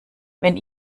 wenn